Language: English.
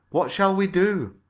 what shall we do?